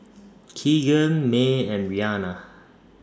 Kegan Mae and Rhianna